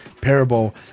parable